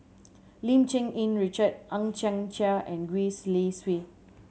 Lim Cherng Yih Richard Hang Chang Chieh and Gwee Li Sui